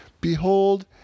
Behold